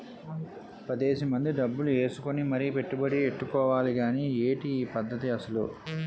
పదేసి మంది డబ్బులు ఏసుకుని మరీ పెట్టుబడి ఎట్టుకోవాలి గానీ ఏటి ఈ పద్దతి అసలు?